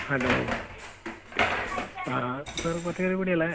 hello ആ sir പച്ചക്കറി പീടിക അല്ലേ